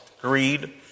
greed